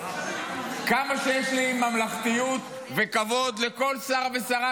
כמה שיש לי ממלכתיות וכבוד לכל שר ושרה